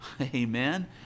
Amen